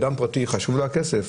לאדם פרטי חשוב הכסף.